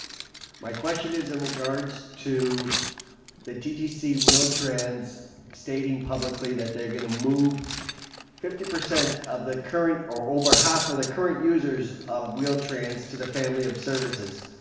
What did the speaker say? my question is in regards to the ttc wheel-trans stating publicly that they're going to move fifty percent of the current, or over half of the current users of wheel-trans to the family of services.